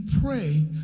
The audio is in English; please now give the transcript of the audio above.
pray